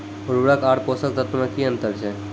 उर्वरक आर पोसक तत्व मे की अन्तर छै?